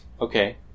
okay